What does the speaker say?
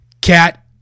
Cat